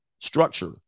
structure